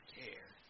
care